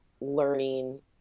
learning